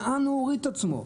לאן הוא הוריד את עצמו?